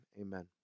amen